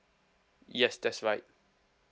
yes that's right